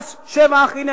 הנה,